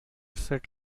set